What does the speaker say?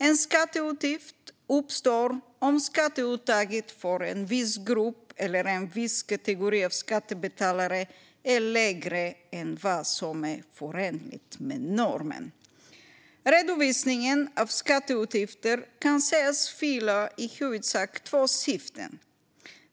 En skatteutgift uppstår om skatteuttaget för en viss grupp eller en viss kategori av skattebetalare är lägre än vad som är förenligt med normen. Redovisningen av skatteutgifter kan sägas fylla i huvudsak två syften.